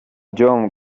john